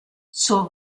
zur